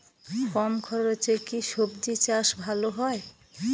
কম খরচে কি সবজি চাষ ভালো হয়?